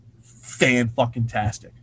fan-fucking-tastic